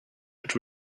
had